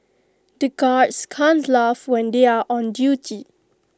the guards can't laugh when they are on duty